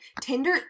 Tinder